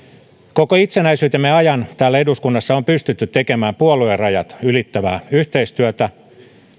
koko itsenäisyytemme ajan täällä eduskunnassa on pystytty tekemään puoluerajat ylittävää yhteistyötä